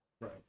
Right